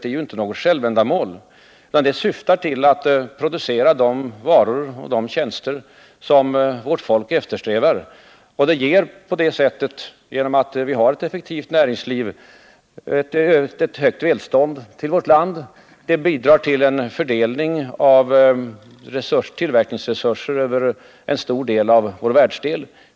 — är ju inte något självändamål utan syftar till att producera de varor och tjänster som vårt folk eftersträvar. Genom att vi har ett effektivt näringsliv har vi fått ett högt välstånd i vårt land. Det bidrar också till en fördelning av tillverkningens resurser över en stor del av vår världsdel.